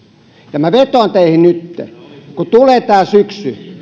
ja minä vetoan teihin nytten kun tulee tämä syksy